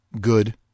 good